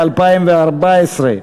התשתיות הלאומיות, לשנת הכספים 2013,